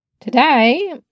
Today